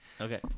Okay